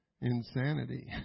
Insanity